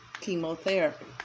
chemotherapy